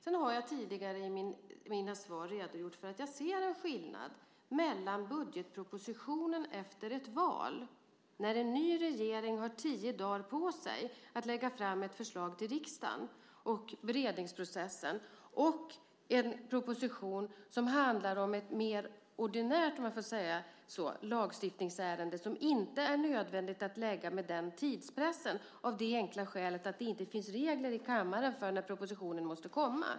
Jag har tidigare i mina svar redogjort för att jag ser en skillnad mellan budgetpropositionen efter ett val, när en ny regering har tio dagar på sig att lägga fram ett förslag till riksdagen och för beredningsprocessen, och en proposition som handlar om ett mer ordinärt, om jag får säga så, lagstiftningsärende som inte är nödvändigt att lägga fram med den tidspressen av det enkla skälet att det inte finns regler i kammaren för när propositionen måste läggas fram.